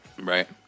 right